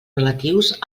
relatius